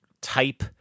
type